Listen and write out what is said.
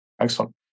Excellent